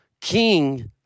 king